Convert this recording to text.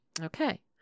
Okay